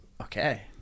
okay